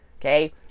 okay